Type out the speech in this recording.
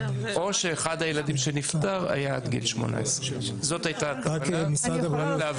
או שאחד הילדים שנפטר היה עד גיל 18. רק להבהרה,